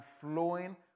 flowing